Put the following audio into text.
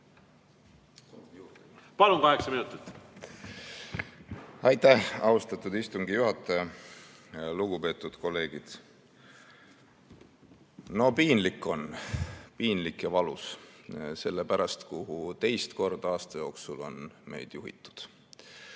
Palun! Kaheksa minutit. Aitäh, austatud istungi juhataja! Lugupeetud kolleegid! No piinlik on. Piinlik ja valus selle pärast, kuhu teist korda aasta jooksul on meid juhitud.